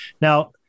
Now